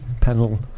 panel